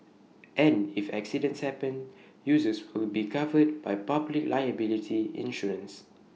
and if accidents happen users will be covered by public liability insurance